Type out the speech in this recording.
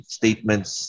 statements